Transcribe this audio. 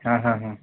हां हां